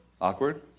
Awkward